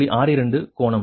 62 கோணம் 108